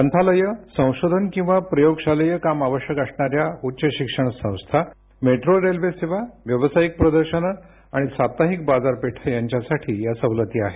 ग्रंथालयं संशोधन किंवा प्रयोगशालेय काम आवश्यक असणाऱ्या उच्च शिक्षण संस्था मेट्रो रेल्वे सेवा व्यवसायिक प्रदर्शनं आणि साप्ताहिक बाजारपेठा यांच्यासाठी या सवलती आहे